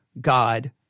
God